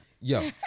Yo